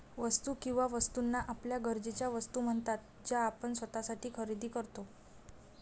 वस्तू किंवा वस्तूंना आपल्या गरजेच्या वस्तू म्हणतात ज्या आपण स्वतःसाठी खरेदी करतो